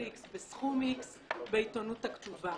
מסוים בסכום מסוים בעיתונות הכתובה.